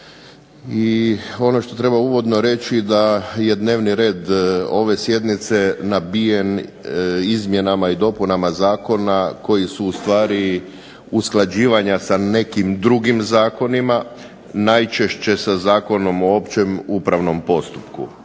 I ono što treba uvodno reći da je dnevni red ove sjednice nabijen izmjenama i dopunama zakona koji su u stvari usklađivanja sa nekim drugim zakonima, najčešće sa Zakonom o općem upravnom postupku.